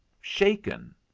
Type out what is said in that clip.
shaken